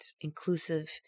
inclusive